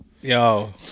Yo